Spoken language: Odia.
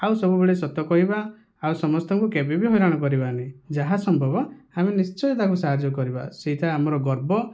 ଆଉ ସବୁବେଳେ ସତ କହିବା ଆଉ ସମସ୍ତଙ୍କୁ କେବେ ବି ହଇରାଣ କରିବାନି ଯାହା ସମ୍ଭବ ଆମେ ନିଶ୍ଚୟ ତାକୁ ସାହାଯ୍ୟ କରିବା ସେଇଟା ଆମର ଗର୍ବ